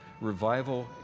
revival